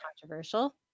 controversial